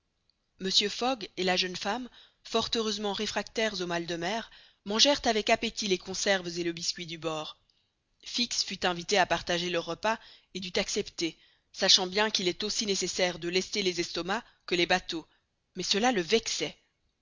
mr fogg et la jeune femme fort heureusement réfractaires au mal de mer mangèrent avec appétit les conserves et le biscuit du bord fix fut invité à partager leur repas et dut accepter sachant bien qu'il est aussi nécessaire de lester les estomacs que les bateaux mais cela le vexait